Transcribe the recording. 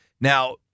Now